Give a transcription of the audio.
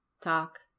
talk